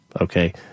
Okay